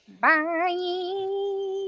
Bye